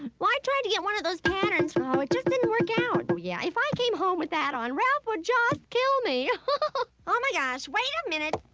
well, i tried to get one of those patterns. oh, it just didn't work out. oh yeah, if i came home with that on, ralph would just kill me. oh oh my gosh, wait a minute.